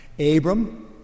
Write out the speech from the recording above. Abram